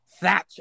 Thatch